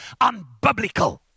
Unbiblical